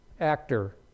Actor